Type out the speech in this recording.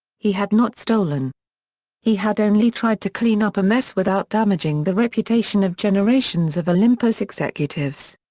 he had not stolen he had only tried to clean up a mess without damaging the reputation of generations of olympus executives.